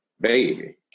baby